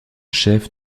chef